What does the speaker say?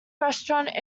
restaurant